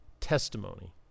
Testimony